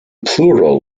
plural